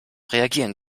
reagieren